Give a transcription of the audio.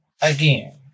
Again